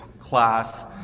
class